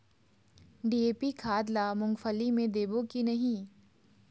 DAP खाद ला मुंगफली मे देबो की नहीं?